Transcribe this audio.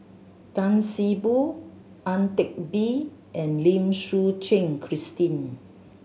Tan See Boo Ang Teck Bee and Lim Suchen Christine